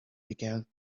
began